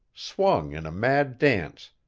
swung in a mad dance,